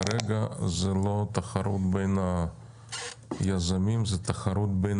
כרגע זה לא תחרות בין היזמים אלא זו תחרות בין